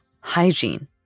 hygiene